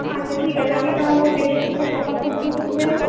আচ্ছা ঠিক আছে আমি তাহলে বৃহস্পতিবার সকাল পর্যন্ত ঢুকে যাব